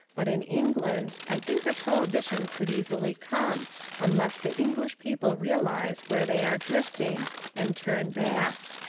but in england i think that prohibition could easily come unless the english people realise where they are drifting and turn back.